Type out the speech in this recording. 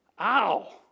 Ow